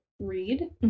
read